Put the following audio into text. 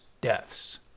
deaths